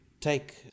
take